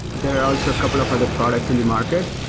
there are also a couple of other products in the market.